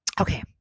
okay